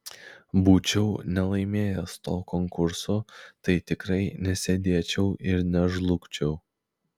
būčiau nelaimėjęs to konkurso tai tikrai nesėdėčiau ir nežlugčiau